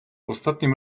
ostatnim